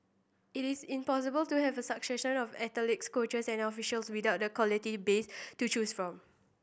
it is impossible to have a succession of athletes coaches and officials without a quality base to choose from